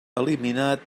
eliminat